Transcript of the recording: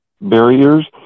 barriers